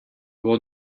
will